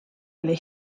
oli